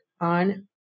on